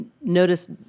notice